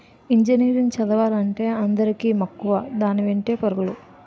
engineering చదువులంటే అందరికీ మక్కువ దాని వెంటే పరుగులు